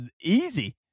easy